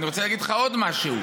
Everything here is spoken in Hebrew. אני רוצה להגיד לך עוד משהו.